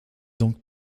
donc